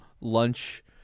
lunch